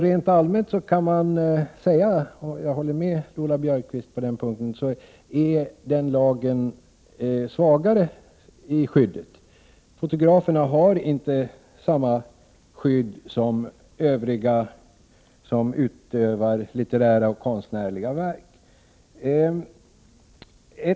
Rent allmänt kan man säga — jag håller med Lola Björkquist på den punkten — att den lagen ger ett svagare skydd. Fotograferna har inte samma skydd som övriga som utövar litterär eller konstnärlig verksamhet.